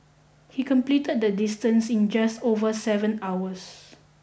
he completed the distance in just over seven hours